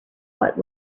what